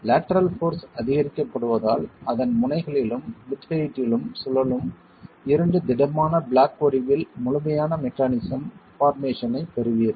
lateral force அதிகரிக்கப்படுவதால் அதன் முனைகளிலும் மிட் ஹெயிட்டிலும் சுழலும் இரண்டு திடமான பிளாக் வடிவில் முழுமையான மெக்கானிசம் பார்மேசனைப் பெறுவீர்கள்